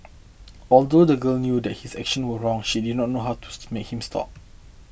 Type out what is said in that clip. although the girl knew that his action were wrong she did not know how to make him stop